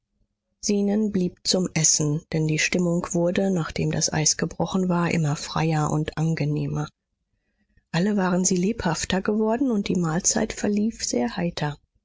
zenon blieb zum essen denn die stimmung wurde nachdem das eis gebrochen war immer freier und angenehmer alle waren sie lebhafter geworden und die mahlzeit verlief sehr heiter